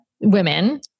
women